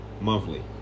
monthly